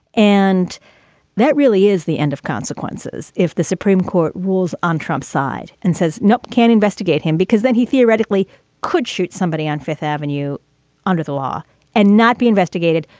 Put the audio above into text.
and that really is the end of consequences. if the supreme court rules on trump's side and says nope, can investigate him because then he theoretically could shoot somebody on fifth avenue under the law and not be investigated.